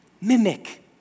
Mimic